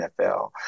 NFL